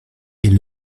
est